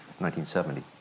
1970